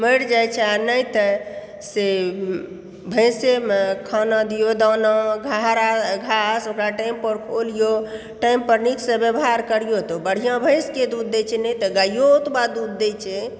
मरि जाइ छै नहि तऽ से भैंसेमे खाना दियौ दाना दियौ हरा घास ओकरा टाइमपर खोलियौ टाइमपर नीकसँ व्यवहार करियौ तऽ ओ बढ़िआँ भैंसके दूध दै छै नहि तऽ गाययो ओतबा दूध दै छै